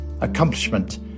Accomplishment